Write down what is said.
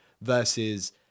versus